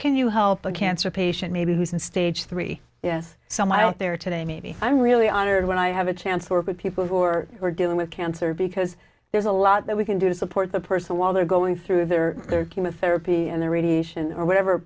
can you help a cancer patient maybe who's in stage three yes some i don't there today maybe i'm really honored when i have a chance to work with people who are were dealing with cancer because there's a lot that we can do to support the person while they're going through their their chemotherapy and their radiation or whatever